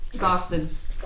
bastards